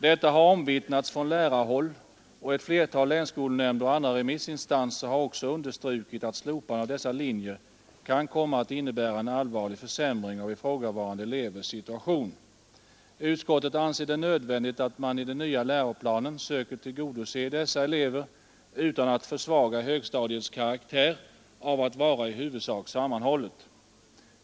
Detta har omvittnats från lärarhåll, och ett flertal länsskolnämnder och andra remissinstanser har också understrukit att slopandet av dessa linjer kan komma att innebära en allvarlig försämring av ifrågavarande elevers situation. Utskottet anser det nödvändigt att man i den nya läroplanen söker tillgodose dessa elever utan att försvaga högstadiets karaktär av att vara i huvudsak sammanhållet.